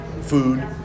food